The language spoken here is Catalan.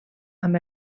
amb